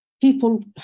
people